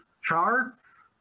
charts